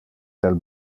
del